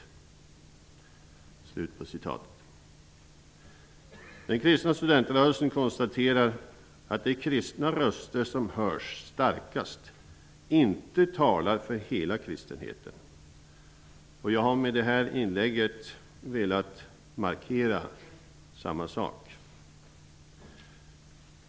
Kristna Studentrörelsen i Sverige konstaterar att de kristna röster som hörs starkast inte talar för hela kistenheten. Jag har med detta inlägg velat markera samma sak.